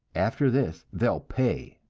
after this, they'll pay!